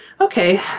okay